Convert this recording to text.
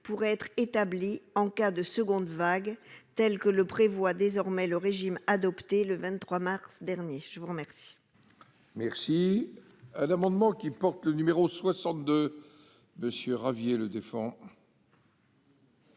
pourrait être établi en cas de seconde vague, tel que le prévoit le régime adopté le 23 mars dernier. L'amendement